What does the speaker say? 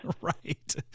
right